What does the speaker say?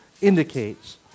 indicates